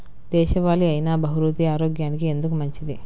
దేశవాలి అయినా బహ్రూతి ఆరోగ్యానికి ఎందుకు మంచిది?